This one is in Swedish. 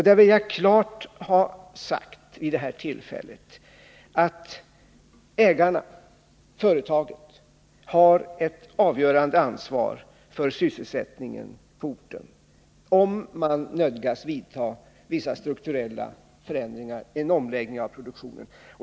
Jag vill vid det här tillfället klart ha sagt att ägarna, företaget, har ett avgörande ansvar för sysselsättningen på orten om man nödgas vidta vissa strukturella förändringar — en omläggning av produktionen.